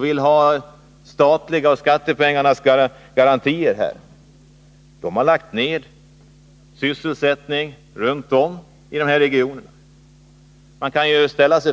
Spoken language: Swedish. vill ha skattebetalarnas garantier har lagt ned sysselsättning runt om i dessa regioner.